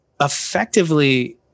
effectively